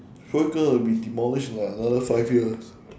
probably gonna be demolished in like another five years